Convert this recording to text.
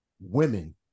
women